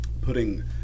putting –